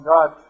God